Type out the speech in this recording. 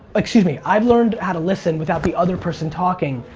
excuse me, i've learned how to listen without the other person talking,